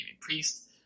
Priest